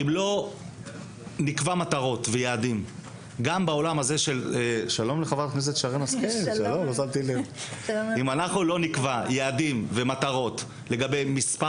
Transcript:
אם לא נקבע מטרות ויעדים לגבי מספר